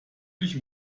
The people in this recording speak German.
dich